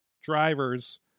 drivers